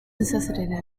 necessitated